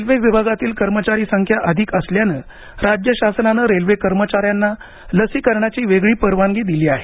railway विभागातील कर्मचारी संख्या अधिक असल्याने राज्य शासनाने रेल्वे कर्मचाऱ्यांना लसीकरणाची वेगळी परवानगी दिली आहे